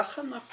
כך אנחנו